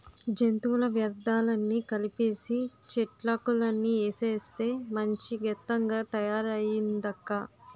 జంతువుల వ్యర్థాలన్నీ కలిపీసీ, చెట్లాకులన్నీ ఏసేస్తే మంచి గెత్తంగా తయారయిందక్కా